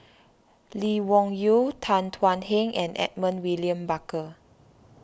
Lee Wung Yew Tan Thuan Heng and Edmund William Barker